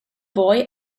boy